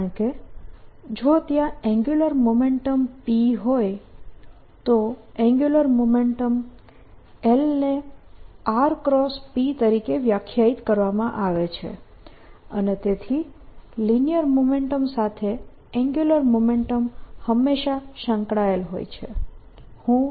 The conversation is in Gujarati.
કારણકે જો ત્યાં મોમેન્ટમ p હોય તો એન્ગ્યુલર મોમેન્ટમ L ને rp તરીકે વ્યાખ્યાયિત કરવામાં આવે છે અને તેથી લિનીયર મોમેન્ટમ સાથે એન્ગ્યુલર મોમેન્ટમ હંમેશા સંકળાયેલ હોય છે